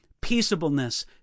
peaceableness